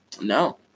no